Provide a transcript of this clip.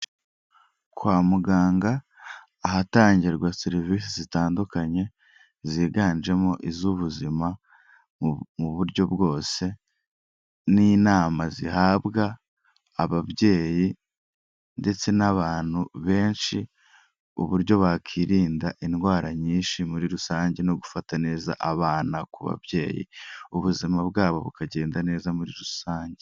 Kwa muganga ahatangirwa serivisi zitandukanye ziganjemo iz'ubuzima, mu buryo bwose n'inama zihabwa ababyeyi ndetse n'abantu benshi, uburyo bakirinda indwara nyinshi muri rusange no gufata neza abana ku babyeyi, ubuzima bwabo bukagenda neza muri rusange.